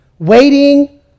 Waiting